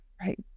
right